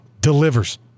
delivers